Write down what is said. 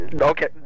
Okay